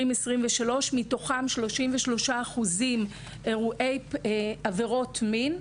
מתוכם 33% עבירות מין,